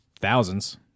thousands